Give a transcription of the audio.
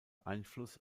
einfluss